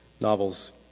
novels